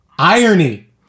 Irony